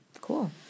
Cool